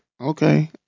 Okay